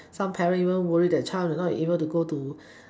some parents even worry that their child is not able to go to